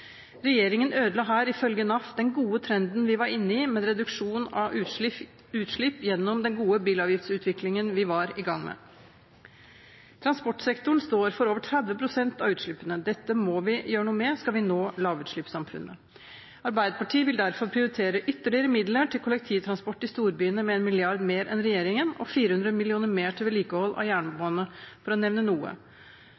Regjeringen ødela her, ifølge NAF, den gode trenden vi var inne i med en reduksjon av utslipp gjennom den gode bilavgiftutviklingen vi var i gang med. Transportsektoren står for over 30 pst. av utslippene. Dette må vi gjøre noe med skal vi nå lavutslippssamfunnet. Arbeiderpartiet vil derfor prioritere ytterligere midler til kollektivtransport i storbyene med 1 mrd. kr mer enn regjeringen og 400 mill. kr mer til vedlikehold av